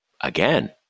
again